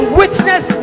witness